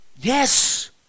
Yes